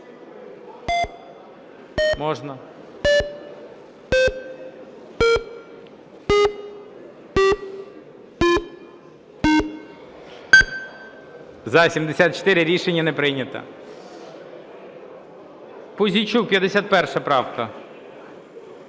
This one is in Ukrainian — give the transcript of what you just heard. За-74 Рішення не прийнято. Пузійчук, 51 правка.